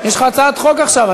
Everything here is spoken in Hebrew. יש לך הצעת חוק עכשיו.